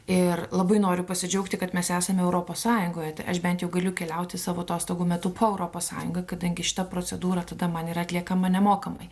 ir labai noriu pasidžiaugti kad mes esame europos sąjungoje tai aš bent jau galiu keliauti savo atostogų metu po europos sąjungą kadangi šita procedūra tada man yra atliekama nemokamai